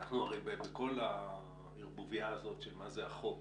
אנחנו הרי בכל הערבוביה הזאת של מה זה החוק